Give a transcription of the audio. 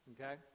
okay